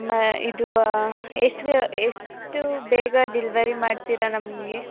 ಮ ಇದು ಎಷ್ಟು ಎಷ್ಟು ಬೇಗ ಡಿಲ್ವರಿ ಮಾಡ್ತೀರಾ ನಮಗೆ